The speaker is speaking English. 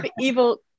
Evil